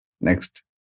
Next